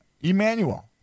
Emmanuel